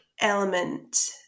element